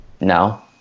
no